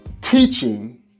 teaching